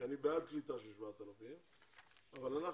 כי אני בעת קליטה של 7,000. אבל,